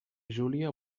júlia